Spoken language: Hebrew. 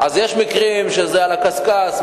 יש מקרים שזה מספיק על הקשקש,